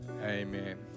amen